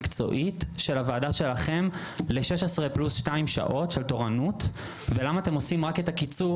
קיבלנו תלונות על חוסר תקצוב